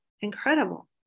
incredible